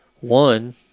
One